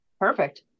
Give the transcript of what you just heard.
Perfect